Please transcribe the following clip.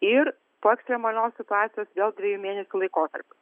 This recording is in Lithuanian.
ir po ekstremalios situacijos vėl dviejų mėnesių laikotarpis